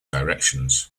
directions